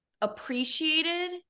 appreciated